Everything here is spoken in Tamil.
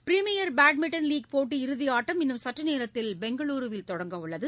பிரிமீயர் பேட்மிண்டன் லீக் போட்டி இறுதியாட்டம் இன்னும் சற்றுநேரத்தில் பெங்களுருவில் தொடங்கவுள்ளது